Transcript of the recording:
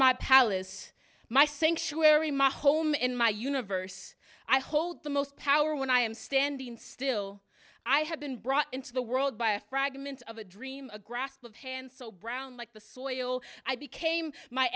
sanctuary my home in my universe i hold the most power when i am standing still i have been brought into the world by a fragment of a dream a grasp of hands so brown like the soil i became my